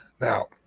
Now